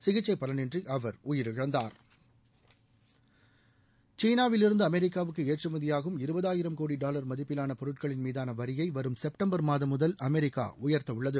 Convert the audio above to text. சிகிச்சை பலன் இன்றி அவர் உயிரிழந்தார் சீனாவிலிருந்து அமெரிக்காவுக்கு ஏற்றுமதியாகும் இருபதாயிரம் கோடி டாலர் மதிப்பிவான பொருட்களின் மீதான வரியை வரும் செப்டம்பர் மாதம் முதல் அமெரிக்கா உயர்த்த உள்ளது